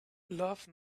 love